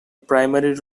primary